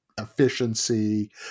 efficiency